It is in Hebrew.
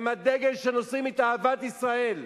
הם הדגל שנושאים את אהבת ישראל,